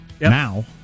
Now